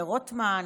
לרוטמן,